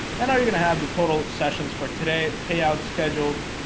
and are you gonna have the total sessions for today payout schedule?